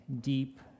deep